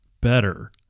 better